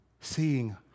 seeing